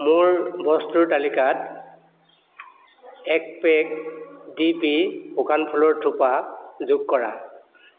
মোৰ বস্তুৰ তালিকাত এক পেক ডিপি শুকান ফুলৰ থোপা যোগ কৰা